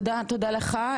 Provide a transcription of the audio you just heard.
תודה לך.